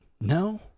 no